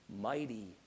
mighty